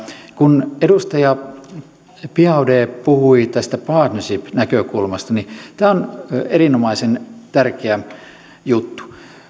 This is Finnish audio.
kun edustaja biaudet puhui tästä partnership näkökulmasta niin tämä on erinomaisen tärkeä juttu